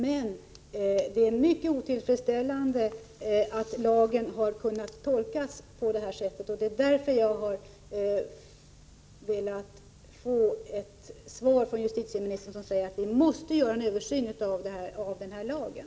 Men det är mycket otillfredsställande att lagen har kunnat tolkas på det här sättet, och det är därför jag har velat få ett svar från justitieministern som säger att vi måste göra en översyn av den lagen.